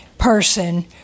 Person